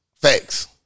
Facts